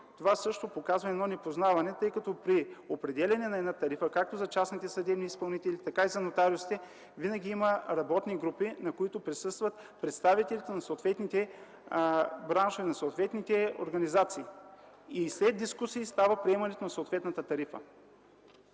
Това също показва непознаване, тъй като при определяне на една тарифа както за частните съдебни изпълнители, така и за нотариусите винаги има работни групи, на които присъстват представители на съответните браншови организации, и след дискусии става приемането на съответната тарифа.